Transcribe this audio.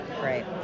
Great